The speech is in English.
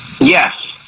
Yes